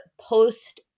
post